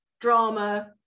drama